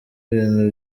ibintu